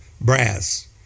brass